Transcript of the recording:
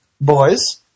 boys